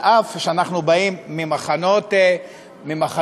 על אף שאנחנו באים ממחנות שונים,